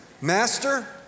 Master